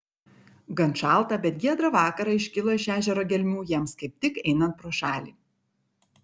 gan šaltą bet giedrą vakarą iškilo iš ežero gelmių jiems kaip tik einant pro šalį